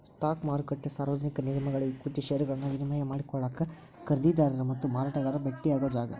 stock ಮಾರುಕಟ್ಟೆ ಸಾರ್ವಜನಿಕ ನಿಗಮಗಳ ಈಕ್ವಿಟಿ ಷೇರುಗಳನ್ನ ವಿನಿಮಯ ಮಾಡಿಕೊಳ್ಳಾಕ ಖರೇದಿದಾರ ಮತ್ತ ಮಾರಾಟಗಾರ ಭೆಟ್ಟಿಯಾಗೊ ಜಾಗ